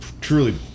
truly